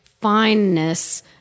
fineness